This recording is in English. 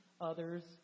others